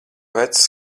vecs